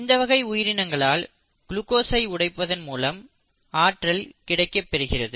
இந்தவகை உயிரினங்களால் குளுக்கோசை உடைப்பதன் மூலம் ஆற்றல் கிடைக்கப் பெறுகிறது